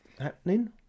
happening